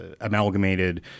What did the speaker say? amalgamated